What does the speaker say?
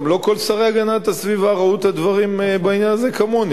גם לא כל שרי הגנת הסביבה ראו את הדברים בעניין הזה כמוני,